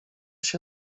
się